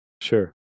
Sure